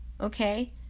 Okay